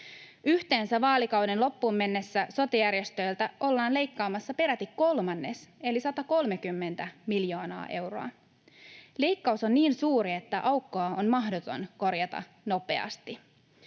Yhteensä vaalikauden loppuun mennessä sote-järjestöiltä ollaan leikkaamassa peräti kolmannes eli 130 miljoonaa euroa. Leikkaus on niin suuri, että aukkoa on mahdoton korjata nopeasti,